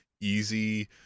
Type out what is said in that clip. easy